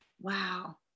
Wow